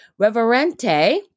Reverente